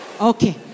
Okay